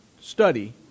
study